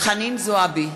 חנין זועבי,